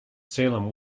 salem